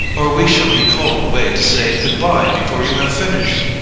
or we shall be called away to say good-bye before you have finished.